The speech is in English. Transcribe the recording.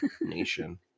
nation